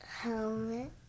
Helmet